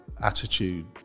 Attitude